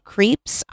Creeps